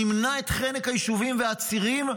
נמנע את חנק היישובים והצירים,